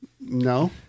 No